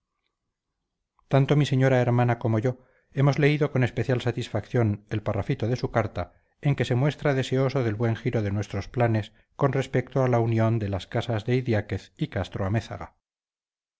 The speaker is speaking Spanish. tanto mi señora hermana como yo hemos leído con especial satisfacción el parrafito de su carta en que se muestra deseoso del buen giro de nuestros planes con respecto a la unión de las casas de idiáquez y